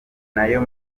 nayo